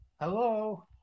Hello